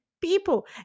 people